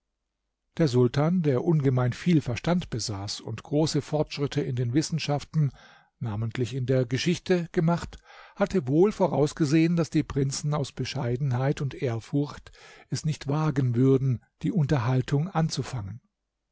der sultan der ungemein viel verstand besaß und große fortschritte in den wissenschaften namentlich in der geschichte gemacht hatte wohl vorausgesehen daß die prinzen aus bescheidenheit und ehrfurcht es nicht wagen würden die unterhaltung anzufangen